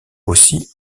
aussi